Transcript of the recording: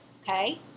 okay